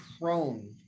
prone